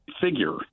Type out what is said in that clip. figure